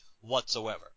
whatsoever